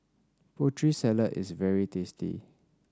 Putri Salad is very tasty